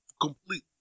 complete